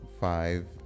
five